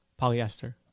polyester